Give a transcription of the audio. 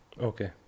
okay